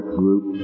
group